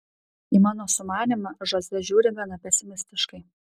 į mano sumanymą žoze žiūri gana pesimistiškai